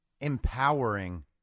empowering